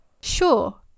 Sure